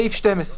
הוראת שעה,